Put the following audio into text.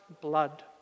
blood